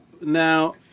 now